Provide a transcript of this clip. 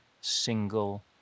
single